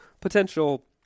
potential